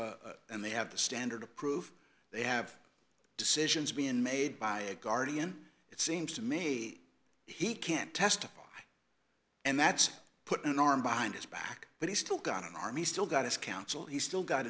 have and they have the standard of proof they have decisions being made by a guardian it seems to me he can't testify and that's put an arm behind his back but he's still got an army still got his counsel he's still got